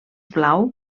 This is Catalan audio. blau